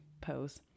pose